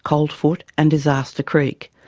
coldfoot and disaster creek.